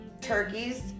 turkeys